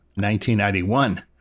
1991